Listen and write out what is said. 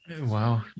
Wow